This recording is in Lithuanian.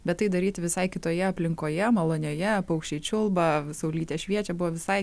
bet tai daryti visai kitoje aplinkoje malonioje paukščiai čiulba saulytė šviečia buvo visai